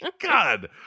God